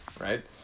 right